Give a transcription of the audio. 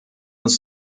uns